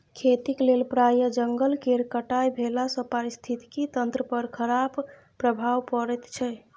खेतीक लेल प्राय जंगल केर कटाई भेलासँ पारिस्थितिकी तंत्र पर खराप प्रभाव पड़ैत छै